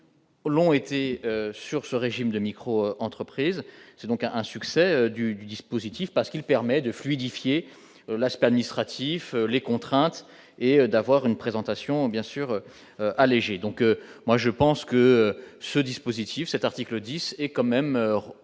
L'ont été sur ce régime de micro-entreprises, c'est donc à un succès du dispositif, parce qu'il permet de fluidifier l'aspect administratif les contraintes et d'avoir une présentation bien sûr, donc moi je pense que ce dispositif cet article 10 et quand même